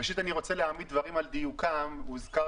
ראשית אני רוצה להעמיד דברים על דיוקם -- בקצרה.